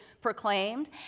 proclaimed